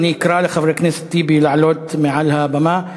ואני אקרא לחבר הכנסת טיבי לעלות מעל הבמה.